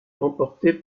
remportée